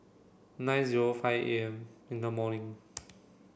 nine zero five A M in the morning